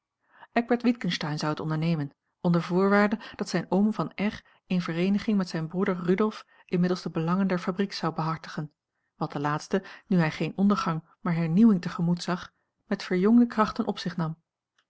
eckbert witgensteyn zou het ondernemen onder voorwaarde dat zijn oom van r in vereeniging met zijn broeder rudolf inmiddels de belangen der fabriek zou behartigen wat de laatste nu hij geen ondergang maar hernieuwing te gemoet zag met verjongde krachten op zich nam